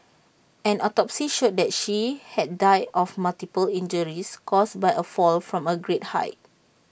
an autopsy showed that she had died of multiple injuries caused by A fall from A great height